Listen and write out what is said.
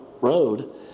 road